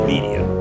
Media